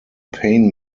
pain